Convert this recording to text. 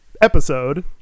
episode